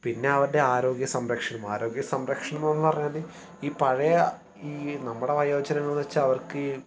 പിന്നെ അവരുടെ ആരോഗ്യ സംരക്ഷണം ആരോഗ്യ സംരക്ഷണം എന്ന് പറഞ്ഞാൽ ഈ പഴയ ഈ നമ്മുടെ വയോജനങ്ങൾന്ന് വെച്ചാൽ അവർക്ക്